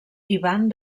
ivan